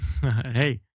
hey